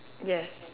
yes